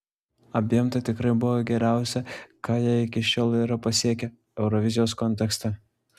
abiem tai tikrai buvo geriausia ką jie iki šiol yra pasiekę eurovizijos kontekste